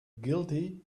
guilty